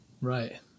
Right